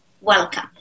welcome